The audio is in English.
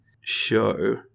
show